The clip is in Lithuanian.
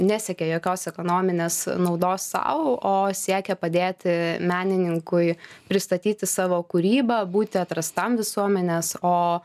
nesiekia jokios ekonominės naudos sau o siekia padėti menininkui pristatyti savo kūrybą būti atrastam visuomenės o